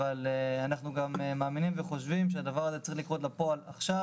אבל אנחנו גם מאמינים וחושבים שהדבר הזה צריך לצאת לפועל עכשיו,